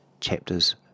chapters